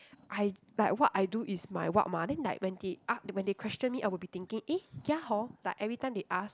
I like what I do is my what mah then like when they a~ when they question me I will be thinking eh ya hor like every time they ask